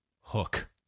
Hook